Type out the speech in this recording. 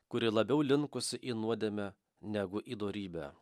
kuri labiau linkusi į nuodėmę negu į dorybę